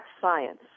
science